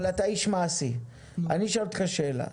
אבל אתה איש מעשי, אני שואל אותך שאלה.